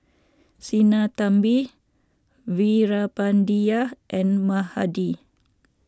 Sinnathamby Veerapandiya and Mahade